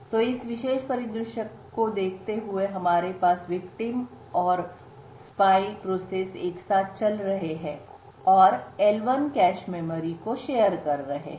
तो इस विशेष परिदृश्य को देखते हुए हमारे पास पीड़ित और जासूस एक साथ चल रहे हैं और आम एल 1 कैश मेमोरी साझा कर रहे हैं